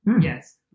Yes